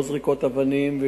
לא זריקות אבנים,